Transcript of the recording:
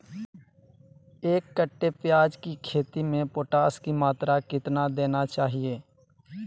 एक कट्टे प्याज की खेती में पोटास की मात्रा कितना देना चाहिए?